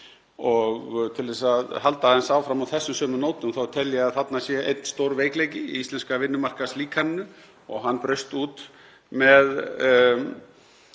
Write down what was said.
Og til að halda aðeins áfram á þessum sömu nótum þá tel ég að þarna sé einn stór veikleiki í íslenska vinnumarkaðslíkaninu. Hann braust út með